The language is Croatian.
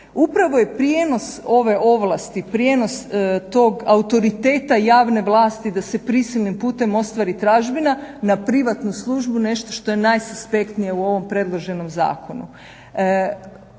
Upravo je prijenos ove ovlasti, prijenos tog autoriteta javne vlasti da se prisilnim putem ostvari tražbina na privatnu službu nešto što je najsuspektnije u ovom predloženom zakonu.